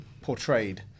portrayed